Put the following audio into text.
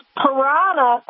piranha